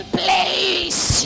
place